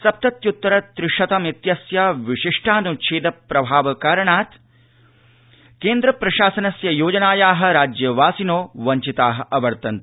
सप्तत्यृत्तर त्रि शतमित्यस्य विशिष्टानुच्छेदस्य प्रभावकारणात् केन्द्रप्रशासनस्य योजनाया राज्यवासिनो वव्विता अवर्तन्त